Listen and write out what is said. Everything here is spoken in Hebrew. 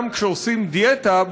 גם כשעושים דיאטה,